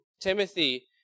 Timothy